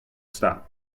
stop